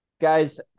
guys